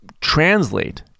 translate